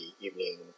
evening